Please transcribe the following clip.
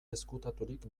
ezkutaturik